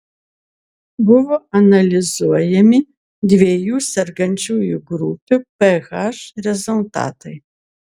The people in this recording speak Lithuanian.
buvo analizuojami dviejų sergančiųjų grupių ph rezultatai